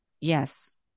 Yes